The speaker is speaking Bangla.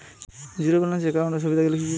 জীরো ব্যালান্স একাউন্টের সুবিধা গুলি কি কি?